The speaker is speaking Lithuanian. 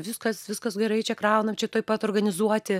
viskas viskas gerai čia kraunam čia tuoj pat organizuoti